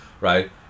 right